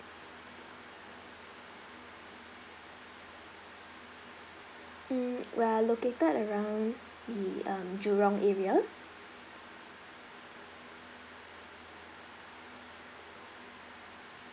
mm we are located around the um jurong area